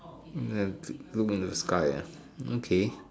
look in the sky ah okay